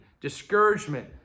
discouragement